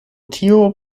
tio